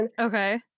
Okay